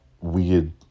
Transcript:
weird